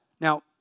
Now